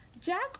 jack